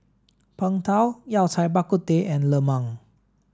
Png Tao Yao Cai Bak Kut Teh and Lemang